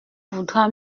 vaudra